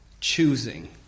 choosing